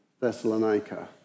Thessalonica